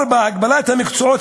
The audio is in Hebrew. אדוני.